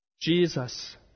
Jesus